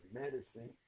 medicine